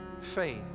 faith